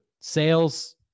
Sales